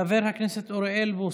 חבר הכנסת אוריאל בוסו,